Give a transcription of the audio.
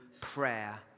prayer